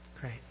Great